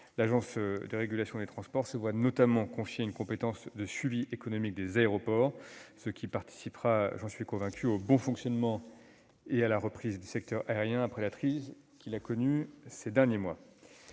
l'ART a été précisé. Celle-ci se voit notamment confier une compétence de suivi économique des aéroports, ce qui participera, j'en suis convaincu, au bon fonctionnement et à la reprise du secteur aérien après la crise que celui-ci a connu ces derniers mois.